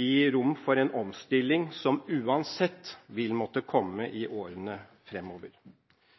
gi rom for en omstilling som uansett vil måtte komme i årene fremover.